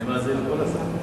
אני מאזין כל הזמן.